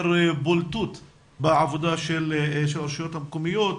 בולטות בעבודה של הרשויות המקומיות,